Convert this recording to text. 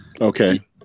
Okay